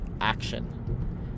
action